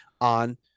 on